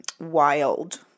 wild